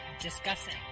discussing